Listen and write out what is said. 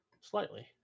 Slightly